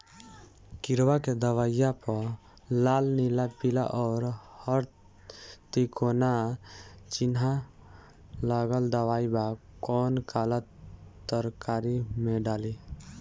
किड़वा के दवाईया प लाल नीला पीला और हर तिकोना चिनहा लगल दवाई बा कौन काला तरकारी मैं डाली?